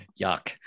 Yuck